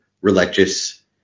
religious